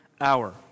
hour